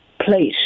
place